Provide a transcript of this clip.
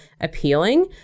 appealing